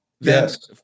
Yes